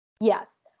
Yes